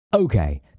Okay